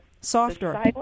Softer